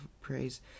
Praise